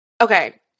okay